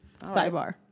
sidebar